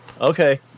Okay